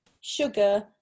sugar